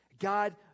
God